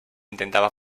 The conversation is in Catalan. intentava